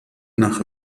nach